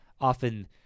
often